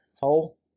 Hole